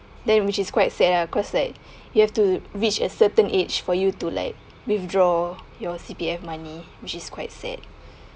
then which is quite sad lah cause like you have to reach a certain age for you to like withdraw your C_P_F money which is quite sad